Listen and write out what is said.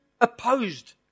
opposed